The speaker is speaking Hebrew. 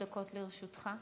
לרשותך,